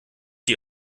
die